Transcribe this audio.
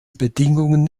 bedingungen